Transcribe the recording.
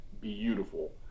beautiful